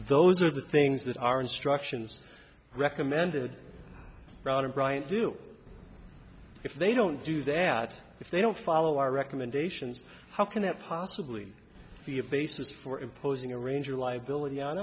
those are the things that are instructions recommended bryant do if they don't do that if they don't follow our recommendations how can that possibly be a basis for imposing a ranger liability on